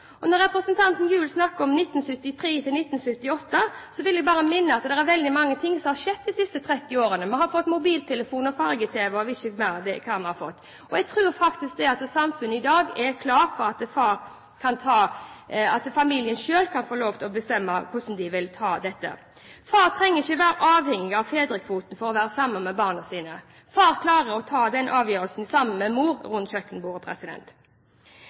Og når representanten Gjul snakker om 1978 til 1993, vil jeg bare minne om at det er veldig mye som har skjedd de siste 30 årene: Vi har fått mobiltelefon og farge-tv, og jeg vet ikke hva vi ikke har fått. Jeg tror faktisk at samfunnet i dag er klar for at familien selv kan få lov til å bestemme hvordan de vil ta ut dette. Far trenger ikke å være avhengig av fedrekvoten for å være sammen med barna sine. Far klarer å ta den avgjørelsen sammen med mor rundt kjøkkenbordet.